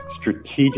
strategic